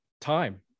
time